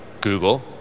Google